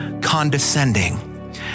condescending